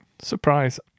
surprise